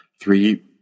three